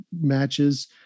matches